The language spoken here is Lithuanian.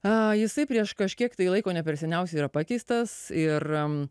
jisai prieš kažkiek tai laiko ne per seniausiai yra pakeistas ir jam